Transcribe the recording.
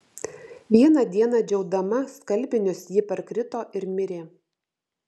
vieną dieną džiaudama skalbinius ji parkrito ir mirė